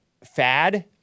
fad